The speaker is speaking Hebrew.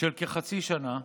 של כחצי שנה,